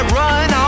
run